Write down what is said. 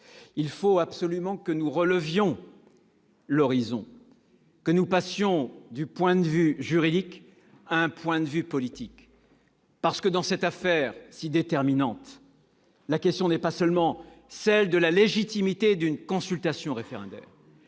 Il faut absolument que nous relevions l'horizon, que nous passions du point de vue juridique à un point de vue politique. En effet, dans cette affaire si déterminante, la question n'est pas seulement celle de la légitimité d'une consultation référendaire.